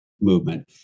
movement